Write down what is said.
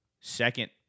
second